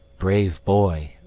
brave boy!